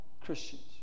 Christians